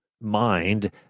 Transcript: mind